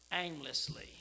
aimlessly